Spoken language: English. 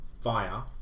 fire